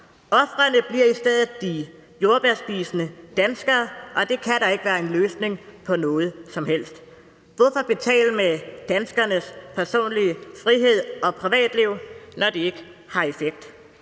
Ofrene bliver i stedet de jordbærspisende danskere, og det kan da ikke være en løsning på noget som helst. Hvorfor betale med danskernes personlige frihed og privatliv, når det ikke har effekt?